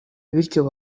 bityo